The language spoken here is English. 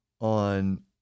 on